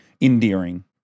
endearing